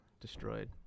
destroyed